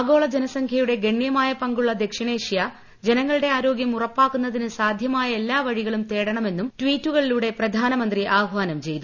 ആഗോള ജനസംഖ്യയുടെ ഗണ്യമായ പങ്കുള്ള ദക്ഷിണേഷ്യ ജനങ്ങളുടെ ആരോഗ്യം ഉറപ്പാക്കുന്നതിന് സാദ്ധ്യമായ എല്ലാ വഴികളും തേടണമെന്നും ട്വീറ്റുകളിലൂടെ പ്രധാനമന്ത്രി ആഹ്വാനം ചെയ്തു